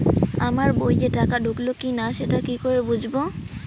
আমার বইয়ে টাকা ঢুকলো কি না সেটা কি করে বুঝবো?